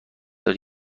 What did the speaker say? داری